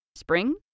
Spring